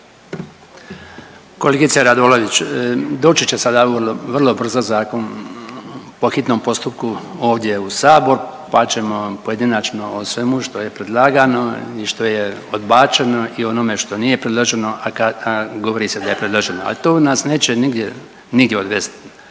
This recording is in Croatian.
Kolegice Radolović, doći će sada vrlo brzo zakon po hitnom postupku ovdje u Sabor pa ćemo pojedinačno o svemu što je predlagano i što je odbačeno i onome što nije predloženo, a govori se da je predloženo, ali to nas neće nigdje,